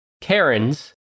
Karens